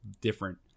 different